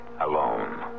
alone